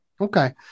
Okay